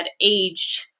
aged